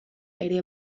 ere